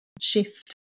shift